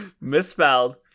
Misspelled